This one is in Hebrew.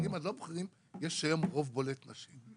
לעומת זאת בדרגים הלא בכירים יש היום רוב בולט נשים.